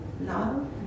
Love